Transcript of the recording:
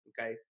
okay